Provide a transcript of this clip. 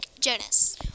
Jonas